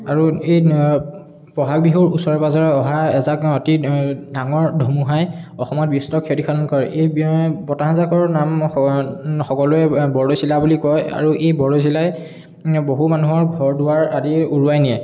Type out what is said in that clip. আৰু এই বহাগ বিহুৰ ওচৰে পাজৰে অহা এজাক অতি ডাঙৰ ধুমুহাই অসমত বিস্তৰ ক্ষতিসাধন কৰে এই ব্যয় বতাহজাকৰ নাম সকলোৱে বৰদৈচিলা বুলি কয় আৰু এই বৰদৈচিলাই বহু মানুহৰ ঘৰ দুৱাৰ আদি উৰুৱাই নিয়ে